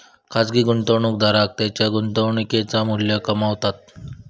खाजगी गुंतवणूकदार त्येंच्या गुंतवणुकेचा मू्ल्य कमावतत